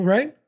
Right